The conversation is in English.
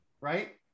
right